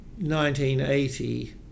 1980